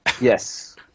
Yes